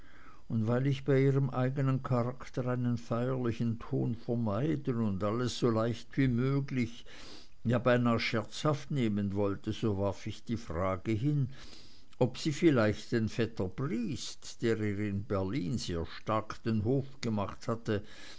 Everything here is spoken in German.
und weil ich bei ihrem eigenen charakter einen feierlichen ton vermeiden und alles so leicht wie möglich ja beinah scherzhaft nehmen wollte so warf ich die frage hin ob sie vielleicht den vetter briest der ihr in berlin sehr stark den hof gemacht hatte